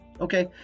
Okay